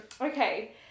okay